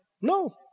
No